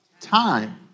Time